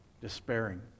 despairing